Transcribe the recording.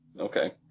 Okay